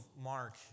Mark